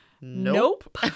Nope